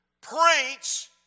preach